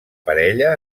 parella